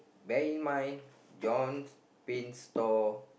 bare in mind John Prince tall